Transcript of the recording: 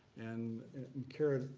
and karen,